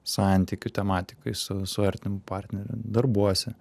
santykių tematikoj su su artimu partneriu darbuose